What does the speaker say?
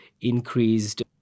increased